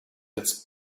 his